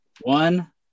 one